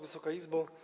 Wysoka Izbo!